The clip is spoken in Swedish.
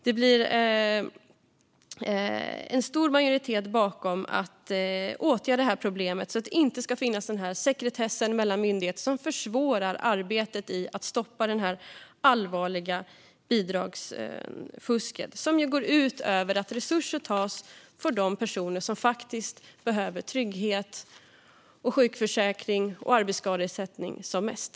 Det blir en stor majoritet bakom att man ska åtgärda detta problem, så att det inte ska finnas sekretess mellan myndigheter som försvårar arbetet med att stoppa det allvarliga bidragsfusket, som ju gör att resurser tas från de personer som behöver trygghet, sjukförsäkring och arbetsskadeersättning som mest.